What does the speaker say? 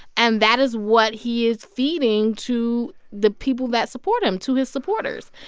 and that is what he is feeding to the people that support him, to his supporters.